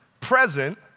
present